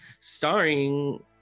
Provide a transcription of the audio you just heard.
starring